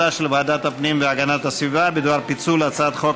הפנים והגנת הסביבה בדבר פיצול הצעת חוק